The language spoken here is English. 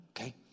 okay